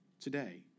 today